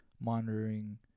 monitoring